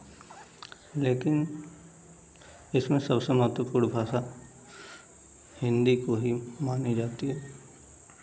लेकिन इसमें सबसे महत्वपूर्ण भाषा हिन्दी को ही मानी जाती है